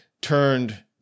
turned